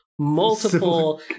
multiple